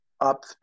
up